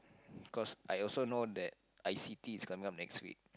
cause I also know that I_C_T is coming up next week